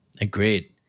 Agreed